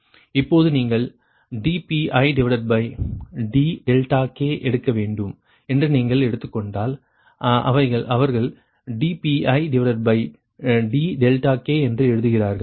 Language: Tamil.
இப்போது நீங்கள் dPidk எடுக்க வேண்டும் என்று நீங்கள் எடுத்துக் கொண்டால் அவர்கள் dPidk என்று எழுதுகிறார்கள்